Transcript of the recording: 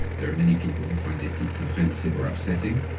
there are many people who find it deeply offensive or upsetting.